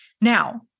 Now